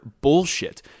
bullshit